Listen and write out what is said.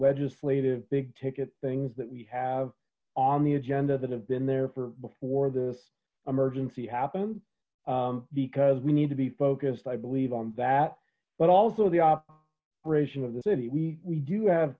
legislative big ticket things that we have on the agenda that have been there for before this emergency happened because we need to be focused i believe on that but also the operation of the city we we do have